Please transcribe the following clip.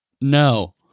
no